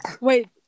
wait